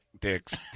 dicks